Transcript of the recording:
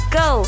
go